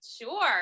Sure